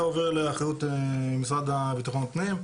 אתה עובר לאחריות משרד ביטחון הפנים,